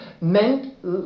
meant